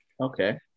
Okay